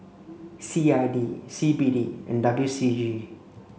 C I D C B D and W C G